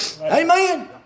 Amen